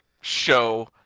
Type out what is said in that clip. show